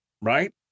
Right